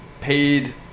paid